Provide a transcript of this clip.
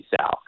South